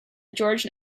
george